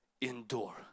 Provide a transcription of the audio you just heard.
endure